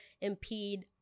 impede